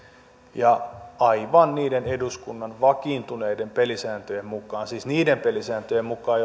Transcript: ja aivan niiden eduskunnan vakiintuneiden pelisääntöjen mukaan siis niiden pelisääntöjen mukaan